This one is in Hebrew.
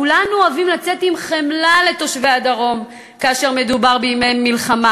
כולנו אוהבים לצאת עם חמלה לתושבי הדרום כאשר מדובר בימי מלחמה,